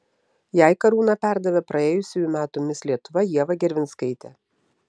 jai karūna perdavė praėjusiųjų metų mis lietuva ieva gervinskaitė